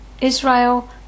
israel